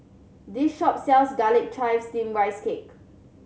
this shop sells Garlic Chives Steamed Rice Cake